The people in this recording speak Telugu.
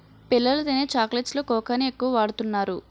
పిల్లలు తినే చాక్లెట్స్ లో కోకాని ఎక్కువ వాడుతున్నారు